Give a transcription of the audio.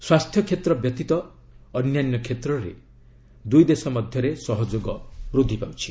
ସ୍ୱାସ୍ଥ୍ୟକ୍ଷେତ୍ର ବ୍ୟତୀତ ଅନ୍ୟାନ୍ୟ କ୍ଷେତ୍ରରେ ଦୁଇ ଦେଶ ମଧ୍ୟରେ ସହଯୋଗ ବୃଦ୍ଧି ପାଉଛି